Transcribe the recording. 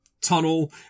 tunnel